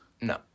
No